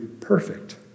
perfect